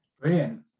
Brilliant